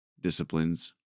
disciplines